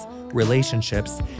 relationships